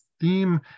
theme